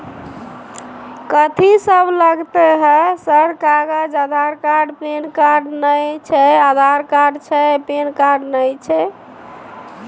कथि सब लगतै है सर कागज आधार कार्ड पैन कार्ड नए छै आधार कार्ड छै पैन कार्ड ना छै?